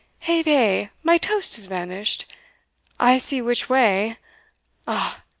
hey-day! my toast has vanished i see which way ah,